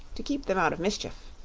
to keep them out of mischief.